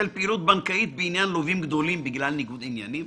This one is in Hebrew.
פעילות בנקאית בעניין לווים גדולים בגלל ניגוד עניינים?